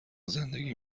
زندگی